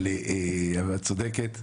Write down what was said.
אבל את צודקת.